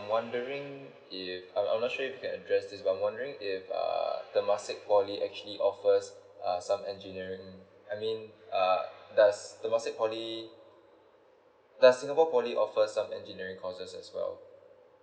I'm wondering if I'm I'm not sure if I can address this but I'm wondering if err temasek poly actually offers uh some engineering I mean uh does temasek poly does singapore poly offers some engineering courses as well